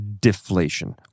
deflation